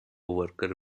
worker